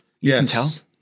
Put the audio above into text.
Yes